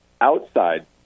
outside